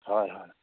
হয় হয়